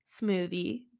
smoothie